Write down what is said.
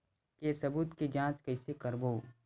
के सबूत के जांच कइसे करबो?